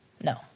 No